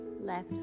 Left